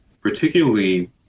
particularly